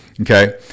okay